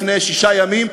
לפני שישה ימים,